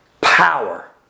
Power